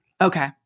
Okay